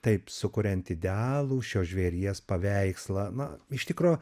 taip sukuriant idealų šio žvėries paveikslą na iš tikro